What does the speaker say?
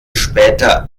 später